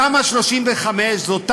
תמ"א 35 נקבעה